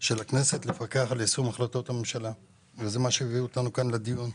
של הכנסת לפקח על יישום החלטות הממשלה וזה מה שמביא אותנו לדיון כאן.